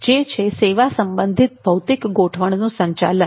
જે છે સેવા સંબંધિત ભૌતિક ગોઠવણનું સંચાલન